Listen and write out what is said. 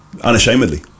unashamedly